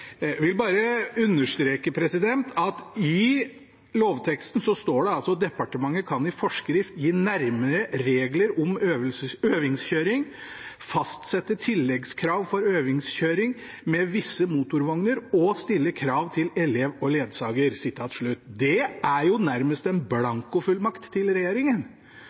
Jeg vil bare understreke at det i lovteksten står: «Departementet kan i forskrift gi nærmere regler om øvingskjøring, fastsette tilleggskrav for øvingskjøring med visse motorvogner og stille krav til elev og ledsager.» Det er jo nærmest en blankofullmakt til regjeringen.